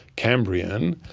cambrian,